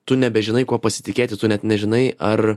tu nebežinai kuo pasitikėti tu net nežinai ar